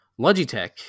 logitech